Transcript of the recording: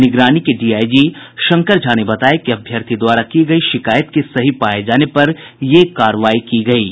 निगरानी के डीआईजी शंकर झा ने बताया कि अभ्यर्थी द्वारा की गयी शिकायत के सही पाये जाने पर यह कार्रवाई की गयी है